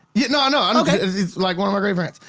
you know no, no he's like one of my great friends.